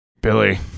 Billy